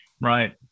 Right